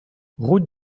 route